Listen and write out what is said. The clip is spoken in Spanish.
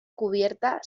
cubierta